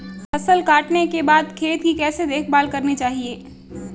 फसल काटने के बाद खेत की कैसे देखभाल करनी चाहिए?